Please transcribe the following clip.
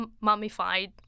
mummified